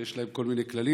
ויש להם כל מיני כללים,